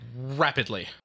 rapidly